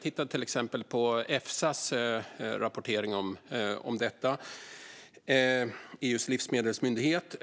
tittar till exempel på Efsas rapportering om detta - det är EU:s livsmedelsmyndighet.